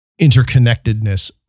interconnectedness